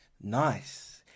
Nice